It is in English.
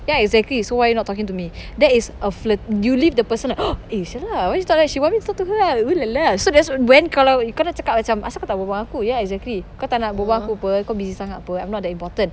ya exactly so why you not talking to me that is a flirt you leave the person like eh !siala! why she talk like that she want me flirt to her ah oo la la so that's when kalau kau dah cakap macam asal kau tak berbual dengan aku ya exactly kau tak nak berbual aku [pe] kau busy sangat [pe] I'm not that important